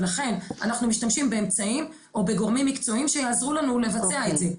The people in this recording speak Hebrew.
לכן אנחנו משתמשים באמצעים או בגורמים מקצועיים שיעזרו לנו לבצע את זה.